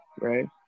right